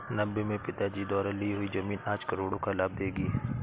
नब्बे में पिताजी द्वारा ली हुई जमीन आज करोड़ों का लाभ देगी